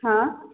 हाँ